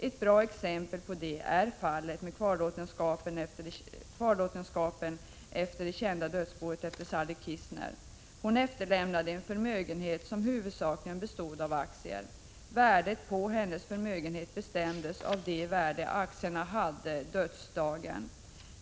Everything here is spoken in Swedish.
Ett bra exempel på detta är fallet med kvarlåtenskapen efter Sally Kistner. Hon efterlämnade en förmögenhet som huvudsakligen bestod av aktier. Värdet på hennes förmögehet bestämdes av det värde aktierna hade dödsdagen.